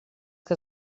que